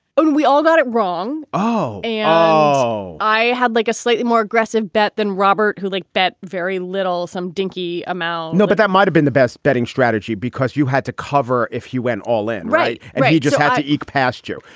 and we all got it wrong. oh, i had like a slightly more aggressive bet than robert who like bet very little some dinky amelle no, but that might have been the best betting strategy because you had to cover if he went all in. right. and yeah he just had to eke past you.